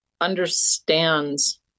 understands